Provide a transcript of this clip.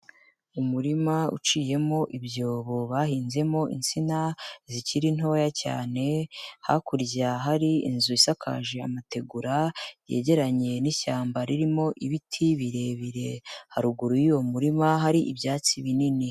Umurima uciyemo ibyobo bahinzemo insina zikiri ntoya cyane, hakurya hari inzu isakaje amategura yegeranye n'ishyamba ririmo ibiti birebire, haruguru y'uwo murima hari ibyatsi binini.